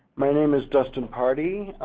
my name is dustin party.